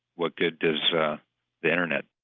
what good is ah the internet?